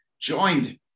joined